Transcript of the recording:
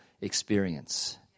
experience